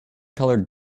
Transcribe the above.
colored